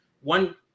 One